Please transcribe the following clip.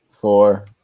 four